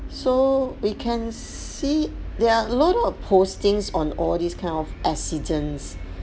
so we can see there are a lot of postings on all these kind of accidents